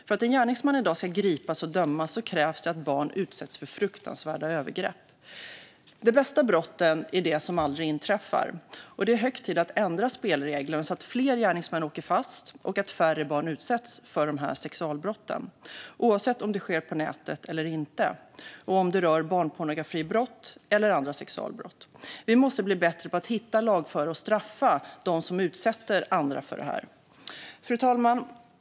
För att en gärningsman i dag ska gripas och dömas krävs det att barn utsätts för fruktansvärda övergrepp. De bästa brotten är de som aldrig inträffar. Det är hög tid att ändra spelreglerna så att fler gärningsmän åker fast och så att färre barn utsätts för sexualbrott, oavsett om det sker på nätet eller inte och oavsett om det rör barnpornografibrott eller andra sexualbrott. Vi måste bli bättre på att hitta, lagföra och straffa dem som utsätter andra för detta. Fru talman!